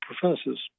professors